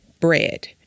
bread